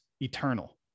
eternal